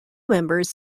members